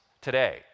today